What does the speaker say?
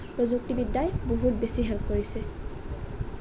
প্ৰযুক্তিবিদ্যাই বহুত বেছি হেল্প কৰিছে